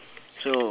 so